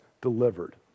delivered